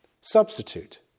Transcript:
substitute